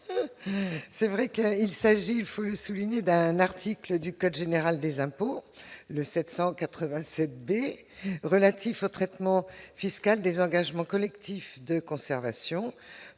c'est vrai que il s'agit, il faut le souligner d'un article du Code général des impôts, le 787 B relatifs au traitement fiscal des engagement collectif de conservation